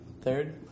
Third